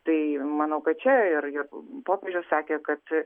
tai manau kad čia ir ir popiežius sakė kad